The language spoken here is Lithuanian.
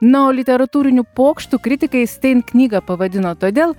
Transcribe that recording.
na o literatūriniu pokštu kritikai stein knygą pavadino todėl